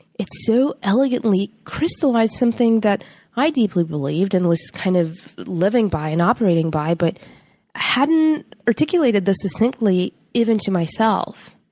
it so elegantly crystallized something that i deeply believed and was kind of living by and operating by but hadn't articulated that succinctly, even to myself.